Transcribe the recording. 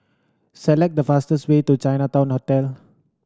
select the fastest way to Chinatown Hotel